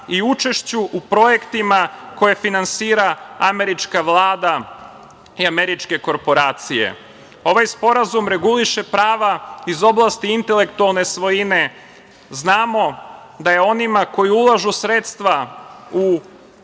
i učešću u projektima koje finansira američka vlada i američke korporacije. Ovaj sporazum reguliše prava iz oblasti intelektualne svojine. Znamo da je onima koji ulažu u sredstva u